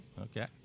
Okay